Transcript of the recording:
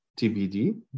TBD